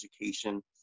education